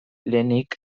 lehenik